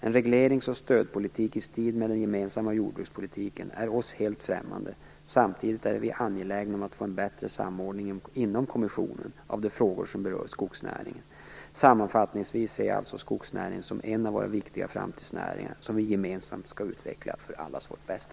En reglerings och stödpolitik i stil med den gemensamma jordbrukspolitiken är oss helt främmande. Samtidigt är vi angelägna om att få en bättre samordning inom kommissionen av de frågor som berör skogsnäringen. Sammanfattningsvis ser jag alltså skogsnäringen som en av våra viktiga framtidsnäringar som vi gemensamt skall utveckla för allas vårt bästa.